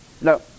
No